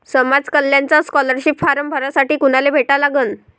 समाज कल्याणचा scholarship form भरासाठी कुनाले भेटा लागन?